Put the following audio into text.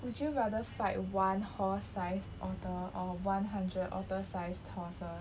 would you rather fight one horse size otter or one hundred otter size horses